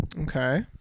Okay